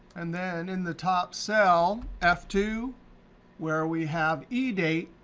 and then in the top cell f two where we have edate.